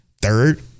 third